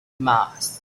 mars